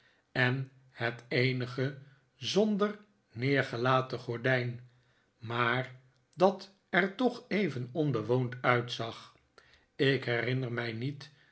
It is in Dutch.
en het eenige zonder neergelaten gordijn maar dat er toch even onbewoond uitzag ik herinner mij niet